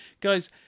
guys